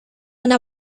una